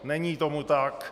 Není tomu tak.